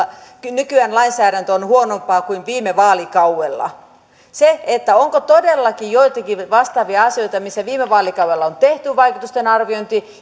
nykyinen lainsäädäntö on huonompaa kuin viime vaalikaudella onko todellakin joitakin vastaavia asioita missä viime vaalikaudella on tehty vaikutusten arviointi